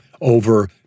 over